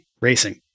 racing